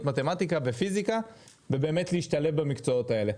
מתמטיקה ופיזיקה ובאמת להשתלב במקצועות האלה,